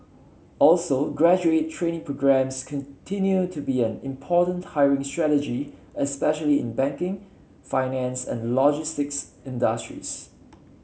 also graduate trainee programmes continue to be an important hiring strategy especially in banking finance and logistics industries